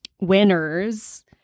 winners